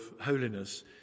holiness